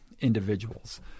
individuals